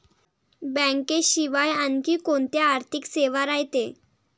बँकेशिवाय आनखी कोंत्या आर्थिक सेवा रायते?